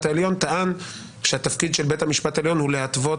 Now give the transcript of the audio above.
העליון טען שהתפקיד של בית המשפט העליון הוא להתוות